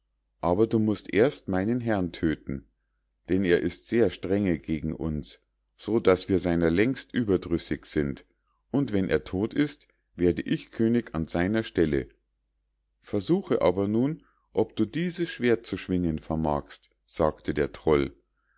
aber du musst erst meinen herrn tödten denn er ist sehr strenge gegen uns so daß wir seiner längst überdrüssig sind und wenn er todt ist werde ich könig an seiner stelle versuche aber nun ob du dieses schwert zu schwingen vermagst sagte der troll